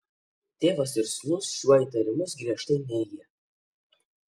tėvas ir sūnus šiuo įtarimus griežtai neigia